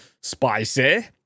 Spicy